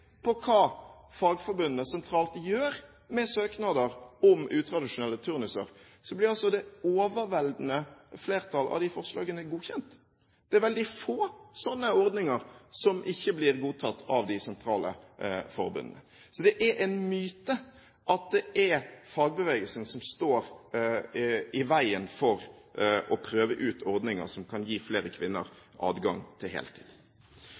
på hva fagforbundene sentralt gjør med søknader om utradisjonelle turnuser, blir et overveldende flertall av de forslagene godkjent. Det er veldig få sånne ordninger som ikke blir godtatt av de sentrale forbundene. Det er en myte at det er fagbevegelsen som står i veien for å prøve ut ordninger som kan gi flere kvinner adgang til heltid.